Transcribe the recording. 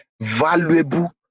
valuable